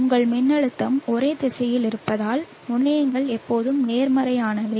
உங்கள் மின்னழுத்தம் ஒரே திசையில் இருப்பதால் முனையங்கள் எப்போதும் நேர்மறையானவை